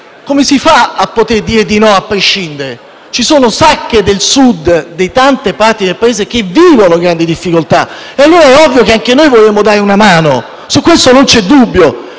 come si fa a poter dire di no a prescindere? Ci sono sacche del Sud e tante parti del Paese che vivono grandi difficoltà e, allora, è ovvio che anche noi volevamo dare una mano. Su questo non c'è dubbio.